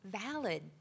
valid